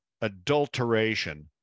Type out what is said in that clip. adulteration